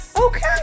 Okay